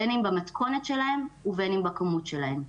בין אם במתכונת שלהן ובין אם בכמות שלהן.